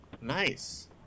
Nice